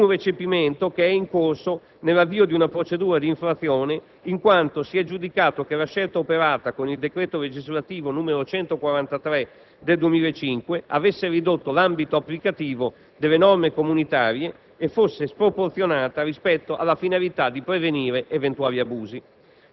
recepito; è stata avviata però una procedura di infrazione, in quanto si è giudicato che la scelta operata con il decreto legislativo n. 143 del 2005 avesse ridotto l'ambito applicativo delle norme comunitarie e fosse sproporzionata rispetto alla finalità di prevenire eventuali abusi.